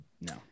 no